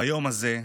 ביום הזה,